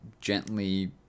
gently